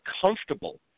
comfortable